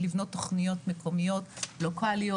ולבנות תוכניות מקומיות לוקליות.